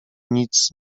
nic